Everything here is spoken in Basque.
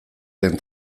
den